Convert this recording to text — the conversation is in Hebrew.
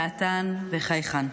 דעתן וחייכן.